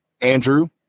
Andrew